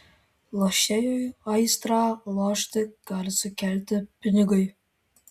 lošėjui aistrą lošti gali sukelti pinigai